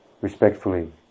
Respectfully